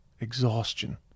exhaustion